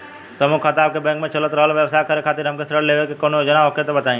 समूह खाता आपके बैंक मे चल रहल बा ब्यवसाय करे खातिर हमे ऋण लेवे के कौनो योजना होखे त बताई?